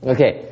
Okay